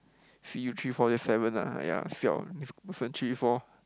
see three four seven ah ya siao this person three four